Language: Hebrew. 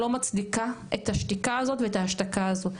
לא מצדיקה את השתיקה הזאת ואת ההשתקה הזאת,